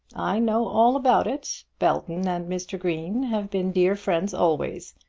i know all about it. belton and mr. green have been dear friends always.